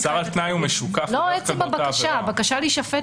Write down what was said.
אני לא מדברת על עצם הבקשה להישפט,